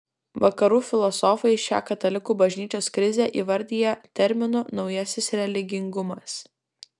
vakarų filosofai šią katalikų bažnyčios krizę įvardija terminu naujasis religingumas